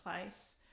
place